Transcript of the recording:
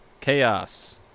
Chaos